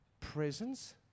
Presence